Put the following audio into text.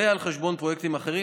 ועל חשבון פרויקטים אחרים.